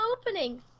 opening